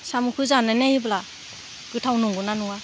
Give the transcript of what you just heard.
साम'खौ जानाय नायोब्ला गोथाव नंगौ ना नङा